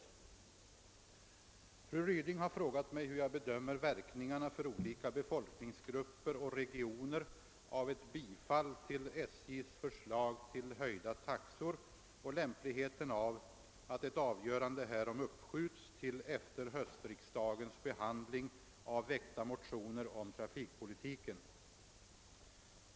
Fru Ryding har frågat mig hur jag bedömer verkningarna för olika befolkningsgrupper och regioner av ett bifall till SJ:s förslag till höjda taxor och lämpligheten av att ett avgörande härom uppskjuts till efter höstriksdagens behandling av väckta motioner om trafikpolitiken.